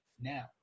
Now